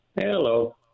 Hello